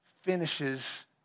finishes